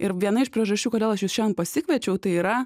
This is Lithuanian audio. ir viena iš priežasčių kodėl aš jus šiandien pasikviečiau tai yra